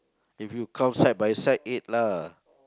if you count side by side eight lah